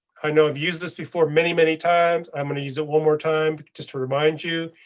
i know i've used this before many, many times i'm going to use it one more time just to remind you,